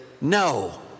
No